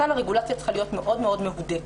כאן הרגולציה צריכה להיות מאוד מאוד מהודקת